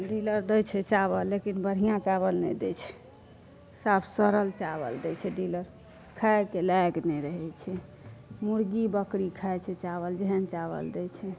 dealer दै छै चावल लेकिन बढ़िआँ चावल नहि दै छै सब सड़ल चावल दै छै डीलर खाइके लाएक नहि रहै छै मुर्गी बकरी खाइत छै चावल जेहन चावल दै छै